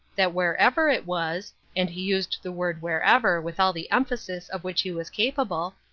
that wherever it was, and he used the word wherever with all the emphasis of which he was capable,